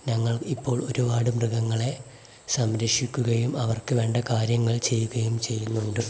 ഞങ്ങൾ ഇപ്പോൾ ഒരുപാട് മൃഗങ്ങളെ സംരക്ഷിക്കുകയും അവർക്ക് വേണ്ട കാര്യങ്ങൾ ചെയ്യുകയും ചെയ്യുന്നുണ്ട്